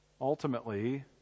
ultimately